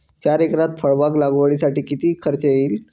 चार एकरात फळबाग लागवडीसाठी किती खर्च येईल?